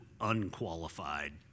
unqualified